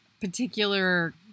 particular